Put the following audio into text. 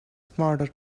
smarter